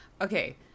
Okay